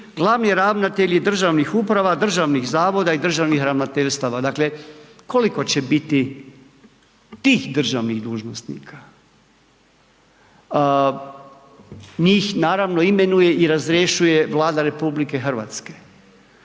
glavni ravnatelji državnih uprava, državnih zavoda i državnih ravnateljstava, dakle koliko će biti tih državnih dužnosnika? Njih naravno imenuje i razrješuje Vlade RH. Koliko će